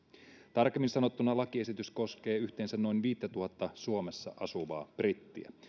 tarkemmin sanottuna lakiesitys koskee yhteensä noin viittätuhatta suomessa asuvaa brittiä